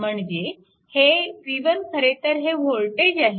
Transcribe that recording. म्हणजे हे v1 खरेतर हे वोल्टेज आहे